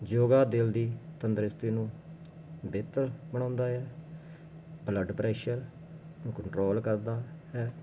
ਯੋਗਾ ਦਿਲ ਦੀ ਤੰਦਰੁਸਤੀ ਨੂੰ ਬਿਹਤਰ ਬਣਾਉਂਦਾ ਆ ਬਲੱਡ ਪ੍ਰੈਸ਼ਰ ਨੂੰ ਕੰਟਰੋਲ ਕਰਦਾ ਹੈ